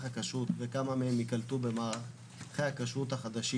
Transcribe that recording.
הכשרות וכמה מהם ייקלטו במערכי הכשרות החדשים.